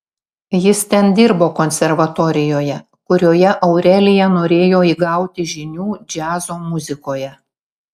jis ten dirbo konservatorijoje kurioje aurelija norėjo įgauti žinių džiazo muzikoje